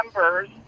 members